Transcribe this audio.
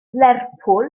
lerpwl